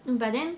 um but then